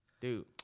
Dude